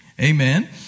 Amen